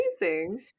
amazing